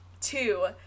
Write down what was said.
Two